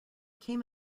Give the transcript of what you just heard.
came